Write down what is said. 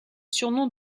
surnom